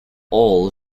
all